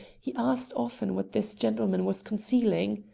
he asked often what this gentleman was concealing.